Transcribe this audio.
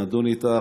נדון אתך,